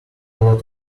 lot